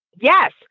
Yes